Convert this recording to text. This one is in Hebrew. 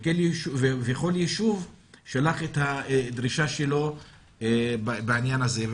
וכל יישוב שלח את הדרישה שלו בעניין הזה.